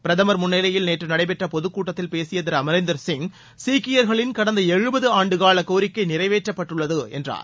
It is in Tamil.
பிரதமர் முன்னிலையில் நேற்று நடைபெற்ற பொதுக் கூட்டத்தில் பேசிய திரு அம்ரீந்தர் சிங் சீக்கியர்களின் கடந்த எழுபது ஆண்டுகால கோரிக்கை நிறைவேற்றப்பட்டுள்ளது என்றார்